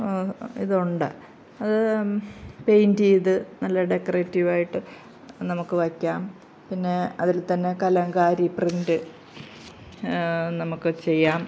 ഇത് ഉണ്ട് അത് പെയിൻറ്റ് ചെയ്ത് നല്ല ഡെക്കറേറ്റീവ് ആയിട്ട് നമുക്ക് വയ്ക്കാം പിന്നെ അതിൽ തന്നെ കലങ്കാരി പ്രിൻറ്റ് നമുക്ക് ചെയ്യാം